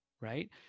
right